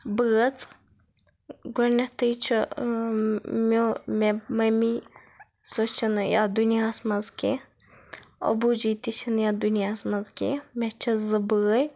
بٲژ گۄڈٕنٮ۪تھٕے چھِ مےٚ مےٚ ممی سۄ چھِ نہٕ یَتھ دُنیاہَس منٛز کیٚنٛہہ اَبوٗجی تہِ چھِ نہٕ یَتھ دُنیاہَس منٛز کیٚنٛہہ مےٚ چھِ زٕ بٲے